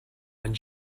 and